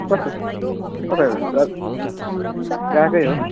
कता कता गा गएकै हो